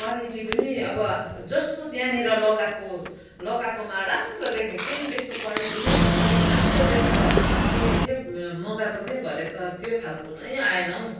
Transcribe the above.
quality पनि अब जस्तो त्यहाँनिर लगाएको लगाएकोमा राम्रो देखेको थियो नि त्यस्तो क्वालिटी नै छैन मैले चाहिँ राम्रो देखेर किनेको थिएँ मगाएको थिएँ भरे त त्यो खालको नै आएन हौ